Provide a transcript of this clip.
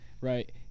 right